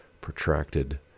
protracted